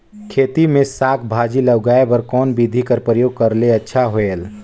खेती मे साक भाजी ल उगाय बर कोन बिधी कर प्रयोग करले अच्छा होयल?